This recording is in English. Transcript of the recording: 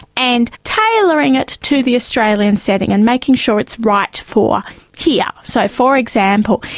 and tailoring it to the australian setting and making sure it's right for here. so, for example,